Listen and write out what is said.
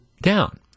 down